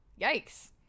Yikes